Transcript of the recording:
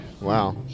Wow